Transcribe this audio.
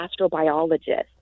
astrobiologist